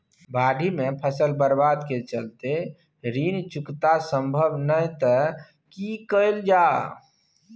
बाढि में फसल बर्बाद के चलते ऋण चुकता सम्भव नय त की कैल जा?